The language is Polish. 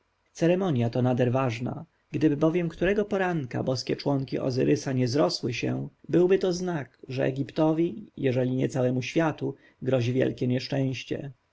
to nader ważna gdyby bowiem którego poranku boskie członki ozyrysa nie zrosły się byłby to znak że egiptowi jeżeli nie całemu światu grozi wielkie nieszczęście